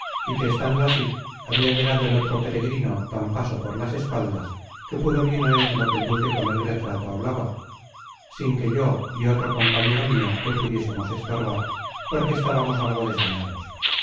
y que estando así habia llegado el otro peregrino tan paso por las espaldas que pudo bien oir lo que el duque con el retrato hablaba sin que yo y otro compañero mio lo pudiésemos estorbar porque estábamos algo desviados